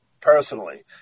Personally